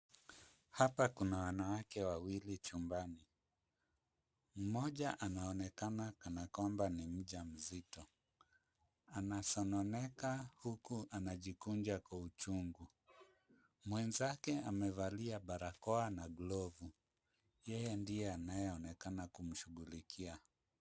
Hapa Kuna wanawake wawili chumbani, mmoja anaonekana kana kwamba ni mjamzito . Anasononeka huku akijikunja kwa uchungu, mwenzake amevalia barakoa na glovu, yeye ndiye anaonekana kushughulikia.